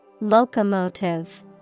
Locomotive